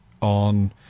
on